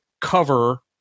cover